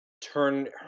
turn